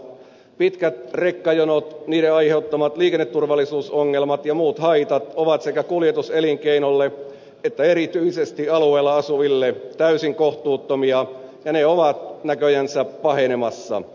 pitkät rekkajonot niiden aiheuttamat liikenneturvallisuusongelmat ja muut haitat ovat sekä kuljetus elinkeinolle että erityisesti alueella asuville täysin kohtuuttomia ja ne ovat näköjänsä pahenemassa